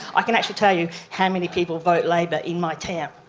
i can actually tell you how many people vote labor in my town!